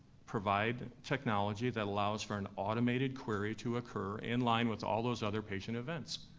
provide technology that allows for an automated query to occur in line with all those other patient events.